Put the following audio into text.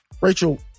Rachel